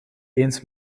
eens